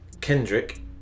Kendrick